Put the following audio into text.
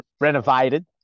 renovated